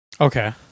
Okay